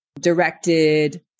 directed